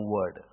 Word